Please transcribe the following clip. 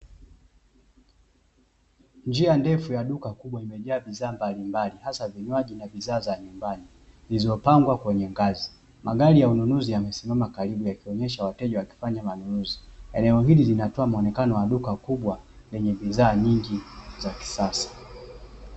Njia ndefu ya duka kubwa imejaa bidhaa mbalimbali hasa vinywaji na bidhaa za nyumbani, zilizopangwa kwenye ngazi. Magari ya wanunuzi yamesimama karibu yakionyesha wateja wakifanya manunuzi, eneo hili linatoa muonekano wa duka kubwa lenye bidhaa nyingi za kisasa.